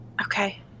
Okay